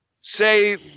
say